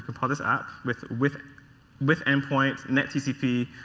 pull this app with with with end points, net tcp,